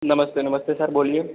नमस्ते नमस्ते सर बोलिए